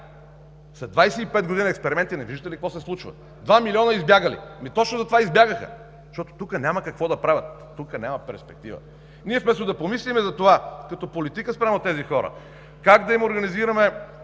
След 25 години експерименти не виждате ли какво се случва? Два милиона избягали. Ами точно затова избягаха, защото тук няма какво да правят, тук няма перспектива. Вместо да помислим за това като политика спрямо тези хора, как да им организираме